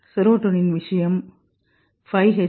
serotonin விஷயம் 5 H